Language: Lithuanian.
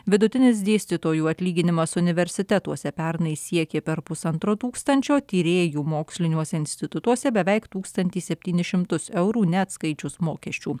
vidutinis dėstytojų atlyginimas universitetuose pernai siekė per pusantro tūkstančio tyrėjų moksliniuose institutuose beveik tūkstantį septynis šimtus eurų neatskaičius mokesčių